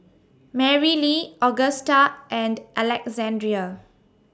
Marylee Augusta and Alexandrea